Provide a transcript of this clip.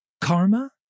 Karma